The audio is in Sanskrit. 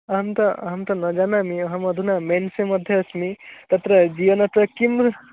अहं तत् अहं तत् न जानामि अहमधुना मेण्सेमध्ये अस्मि तत्र जियो नेट्वर्क् किम्